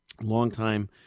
longtime